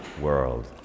world